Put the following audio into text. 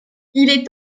est